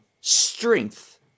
strength